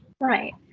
Right